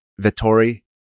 Vittori